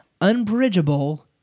unbridgeable